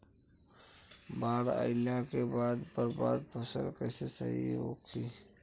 बाढ़ आइला के बाद बर्बाद फसल कैसे सही होयी?